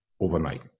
overnight